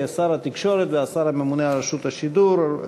שר התקשורת והשר הממונה על רשות השידור,